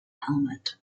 helmet